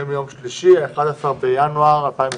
היום יום שלישי ה- 11 בינואר 2022,